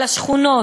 על השכונות.